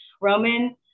Roman